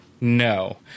no